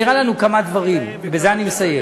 נראה לנו, כמה דברים, ובזה אני מסיים.